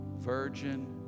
virgin